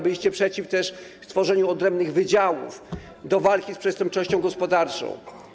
Byliście też przeciw stworzeniu odrębnych wydziałów do walki z przestępczością gospodarczą.